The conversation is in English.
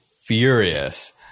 furious